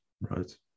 Right